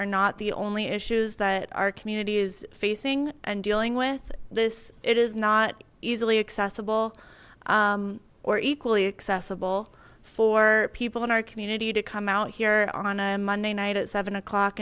are not the only issues that our community is facing and dealing with this it is not easily accessible or equally accessible for people in our community you to come out here on a monday night at seven o'clock